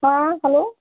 हाँ हाँ हलो